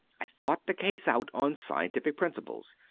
i thought the case out on scientific principles.